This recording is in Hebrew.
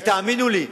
ותאמינו לי,